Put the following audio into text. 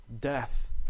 Death